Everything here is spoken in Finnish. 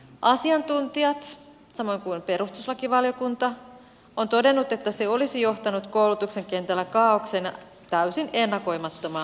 asiantuntijat ovat todenneet samoin kuin perustuslakivaliokunta että se olisi johtanut koulutuksen kentällä kaaokseen ja täysin ennakoimattomaan lopputulokseen